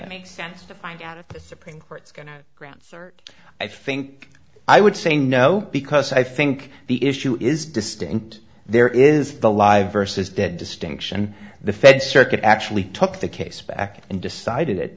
any sense to find out if the supreme court's going to grant cert i think i would say no because i think the issue is distinct there is the live versus dead distinction the fed circuit actually took the case back and decided that